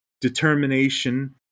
determination